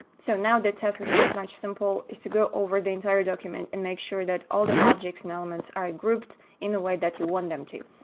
so, now the task is pretty much simple is to go over the entire document and make sure that all the objects and elements are grouped in the way that you want them to.